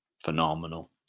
phenomenal